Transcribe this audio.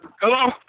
Hello